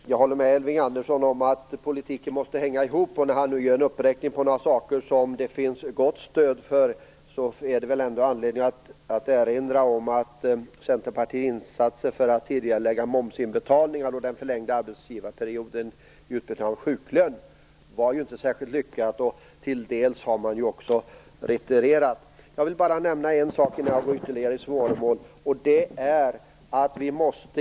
Fru talman! Jag håller med Elving Andersson om att politiken måste hänga ihop. När han nu gör en uppräkning av några saker som det finns gott stöd för finns det väl ändå anledning att erinra om att Centerpartiets insatser för att tidigarelägga momsinbetalningar och förlänga arbetsgivarperioden för utbetalning av sjuklön inte var särskilt lyckade. Till dels har man ju också retirerat. Jag vill bara nämna en sak innan jag går i ytterligare svaromål.